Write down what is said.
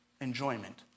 enjoyment